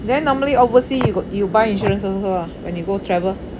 then normally oversea you got you buy insurance also ah when you go travel